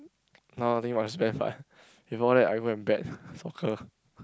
nowadays must bet uh before that I go and bet soccer